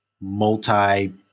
multi